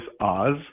Oz